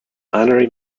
honorary